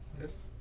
Yes